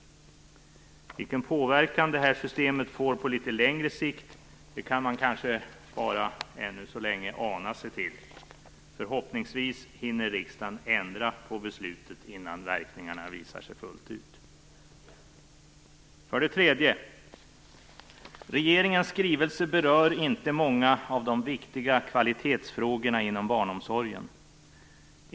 Vilken påverkan det här systemet får på litet längre sikt kan man kanske ännu bara ana sig till. Förhoppningsvis hinner riksdagen ändra det beslutet innan verkningarna visar sig fullt ut. För det tredje: Regeringens skrivelse berör inte många av de viktiga kvalitetsfrågorna inom barnomsorgen.